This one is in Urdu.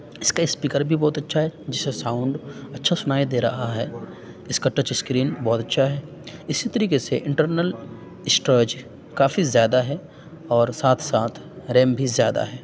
اس کا اسپیکر بھی بہت اچھا ہے جس سے ساؤنڈ اچھا سنائی دے رہا ہے اس کا ٹچ اسکرین بہت اچھا ہے اسی طریقے سے انٹرنل اسٹوریج کافی زیادہ ہے اور ساتھ ساتھ ریم بھی زیادہ ہے